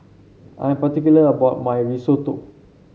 I am particular about my Risotto